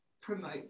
promote